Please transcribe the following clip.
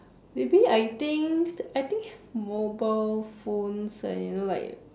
maybe I think I think mobile phones are you know like